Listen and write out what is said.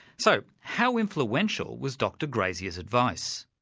so, how influential was dr grazier's advice?